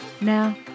Now